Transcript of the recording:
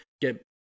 get